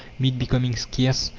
meat becoming scarce,